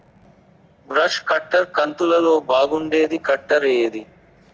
Brush cutter కంతులలో బాగుండేది cutter ఏది?